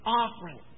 offering